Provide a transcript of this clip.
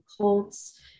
cults